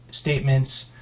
statements